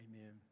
Amen